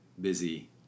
busy